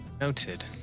noted